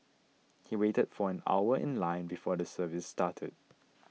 he waited for an hour in line before the service started